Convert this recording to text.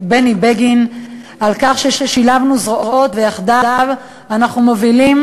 בני בגין על כך ששילבנו זרועות ויחדיו אנחנו מובילים